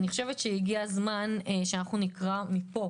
אני חושבת שהגיע הזמן שאנחנו נקרא מפה